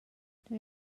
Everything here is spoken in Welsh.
dwi